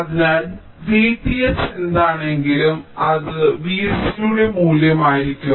അതിനാൽ V t h എന്താണെങ്കിലും അത് V c യുടെ മൂല്യമായിരിക്കും